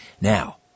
Now